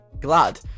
glad